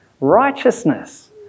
Righteousness